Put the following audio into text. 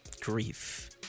grief